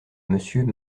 monsieur